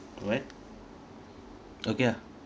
what okay ah